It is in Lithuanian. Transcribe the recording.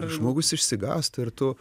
žmogus išsigąsta ir tu